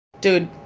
dude